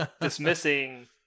dismissing